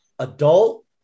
Adult